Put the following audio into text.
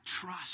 trust